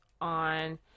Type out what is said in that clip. on